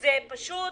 שזה פשוט